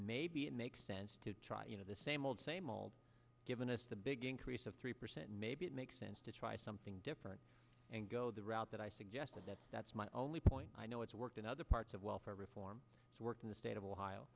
maybe it makes sense to try you know the same old same old giving us the big increase of three percent maybe it makes sense to try something different and go the route that i suggested that that's my only point i know it's worked in other parts of welfare reform work in the state of ohio